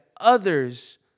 others